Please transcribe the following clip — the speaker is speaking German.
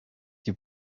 die